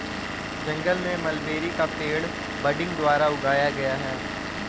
जंगल में मलबेरी का पेड़ बडिंग द्वारा उगाया गया है